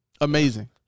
Amazing